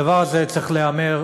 הדבר הזה, צריך להיאמר,